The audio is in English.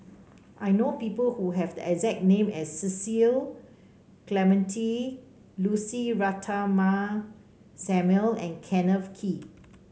I know people who have the exact name as Cecil Clementi Lucy Ratnammah Samuel and Kenneth Kee